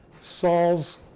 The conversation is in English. Saul's